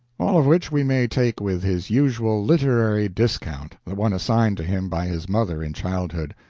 all of which we may take with his usual literary discount the one assigned to him by his mother in childhood.